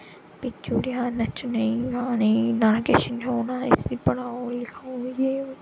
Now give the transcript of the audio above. भेजी ओड़ेआ इस्सी पढ़ाओ लखाओ जे बो